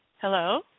Hello